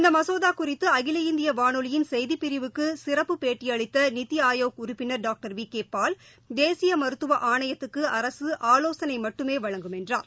இந்த மசோதா குறித்து அகில இந்திய வானொலியின் செய்திக் பிரிவுக்கு சிறப்பு பேட்டியளித்த நித்தி ஆயோக் உறுப்பினர் டாக்டர் வி கே பால் தேசிய மருத்துவ ஆணையத்துக்கு அரசு ஆலோசனை மட்டுமே வழங்கும் என்றார்